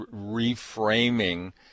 reframing